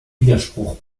widerspruch